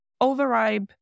overripe